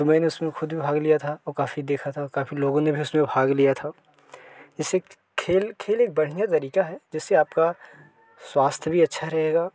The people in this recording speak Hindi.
तो मैंने उसमें खुद भी भाग लिया था और काफ़ी देखा था और काफ़ी लोगों ने भी उसमें भाग लिया था इसे खेल खेल एक बढ़िया तरीका है जिससे आपका स्वास्थ्य भी अच्छा रहेगा